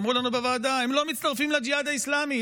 אמרו לנו בוועדה שהם לא מצטרפים לג'יהאד האסלאמי.